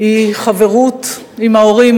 היא חברות עם ההורים,